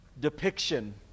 depiction